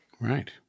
Right